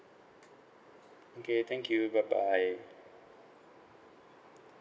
okay thank you bye bye